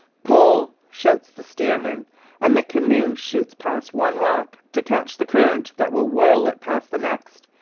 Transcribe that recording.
pull! shouts the steersman and the canoe shoots past one rock to catch the current that will whirl it past the next,